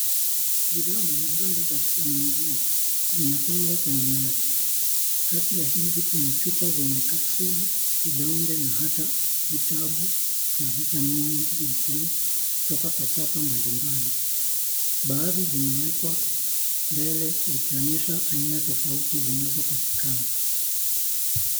Bidhaa mbalimbali za vitamini D zimepangwa kwenye meza. Kati ya hizi kuna chupa zenye kapsulu, vidonge na hata utabu za vitamini D3 kutoka kwa chapa mbalimbali. Baadhi zimewekwa mbele zikionyesha aina tofauti zinazopatikana.